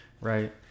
right